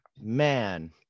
man